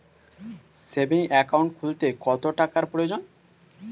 Savings account খুলতে কত টাকার প্রয়োজন?